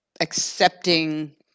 accepting